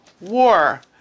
war